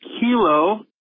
Kilo